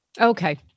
Okay